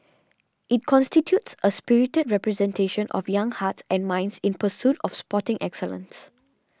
it constitutes a spirited representation of young hearts and minds in pursuit of sporting excellence